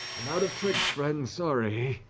i'm out of tricks, friend, sorry.